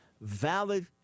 Valid